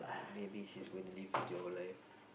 maybe he is going to live with their old life